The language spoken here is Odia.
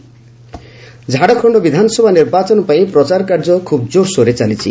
ଝାଡ଼ଖଣ୍ଡ ଇଲେକ୍ସନ୍ ଝାଡ଼ଖଣ୍ଡ ବିଧାନସଭା ନିର୍ବାଚନ ପାଇଁ ପ୍ରଚାର କାର୍ଯ୍ୟ ଖୁବ୍ ଜୋର୍ସୋର୍ରେ ଚାଲିଛି